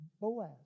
Boaz